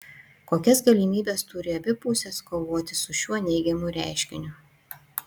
kokias galimybes turi abi pusės kovoti su šiuo neigiamu reiškiniu